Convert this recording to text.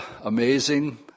amazing